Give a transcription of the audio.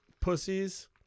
Pussies